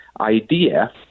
idea